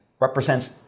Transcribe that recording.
represents